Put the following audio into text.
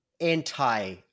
anti